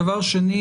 דבר שני,